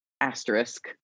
asterisk